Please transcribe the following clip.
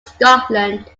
scotland